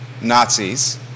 Nazis